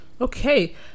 okay